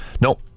No